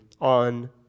on